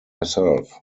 myself